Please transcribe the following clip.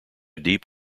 deep